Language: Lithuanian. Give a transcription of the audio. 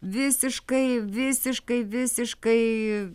visiškai visiškai visiškai